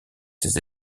ses